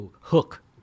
hook